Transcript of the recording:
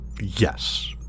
yes